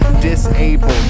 disabled